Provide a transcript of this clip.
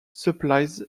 supplies